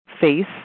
face